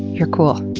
you're cool.